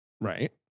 Right